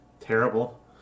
Terrible